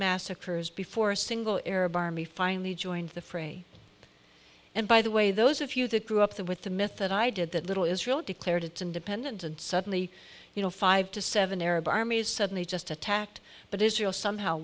massacres before a single arab army finally joined the fray and by the way those of you that grew up there with the myth that i did that little israel declared its independence and suddenly you know five to seven arab armies suddenly just attacked but israel somehow